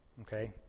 Okay